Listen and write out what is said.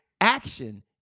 Action